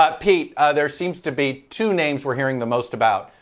but pete, there seems to be two names were hearing the most about.